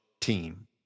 team